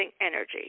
energy